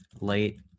late